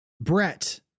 Brett